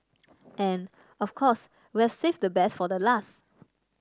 and of course we'll save the best for the last